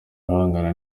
guhangana